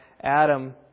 Adam